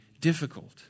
difficult